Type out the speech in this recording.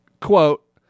quote